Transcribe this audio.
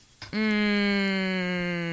Mmm